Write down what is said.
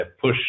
push